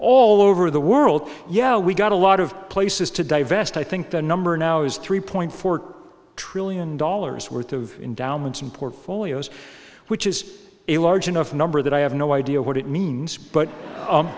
all over the world yeah we got a lot of places to divest i think the number now is three point four trillion dollars worth of endowments and portfolios which is a large enough number that i have no idea what it means but